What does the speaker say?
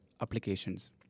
applications